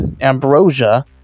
ambrosia